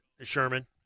Sherman